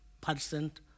Percent